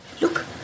Look